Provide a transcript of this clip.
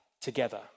together